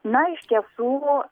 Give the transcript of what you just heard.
na iš tiesų